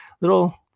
little